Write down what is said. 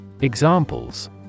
Examples